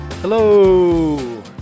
Hello